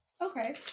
Okay